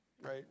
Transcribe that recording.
right